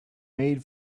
made